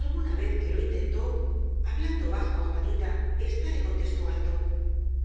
alguna vez que lo intentó hablando bajo jua nita ésta le contestó alto